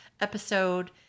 episode